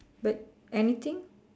but anything